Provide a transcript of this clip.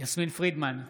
יסמין פרידמן,